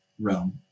realm